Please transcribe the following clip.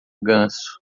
ganso